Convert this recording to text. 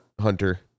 hunter